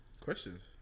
Questions